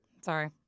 sorry